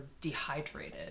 dehydrated